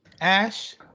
Ash